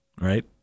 right